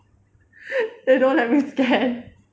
then don't let me scan